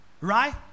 right